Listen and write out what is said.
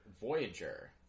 Voyager